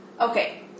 Okay